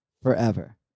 forever